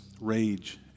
rage